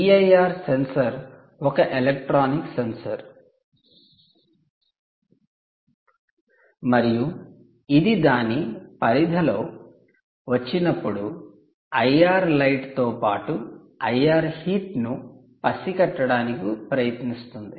PIR sensor ఒక electronic sensor మరియు ఇది దాని పరిధిలో వచ్చినప్పుడు 'ఐఆర్ లైట్' 'IR light' తో పాటు 'ఐఆర్ హీట్' 'IR heat' ను పసిగట్టడానికి ప్రయత్నిస్తుంది